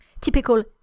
Typical